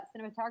cinematography